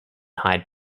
hyde